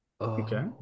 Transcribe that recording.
Okay